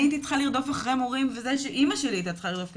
אני הייתי צריכה לרדוף אחרי מורים ואמא שלי הייתה צריכה לרדוף,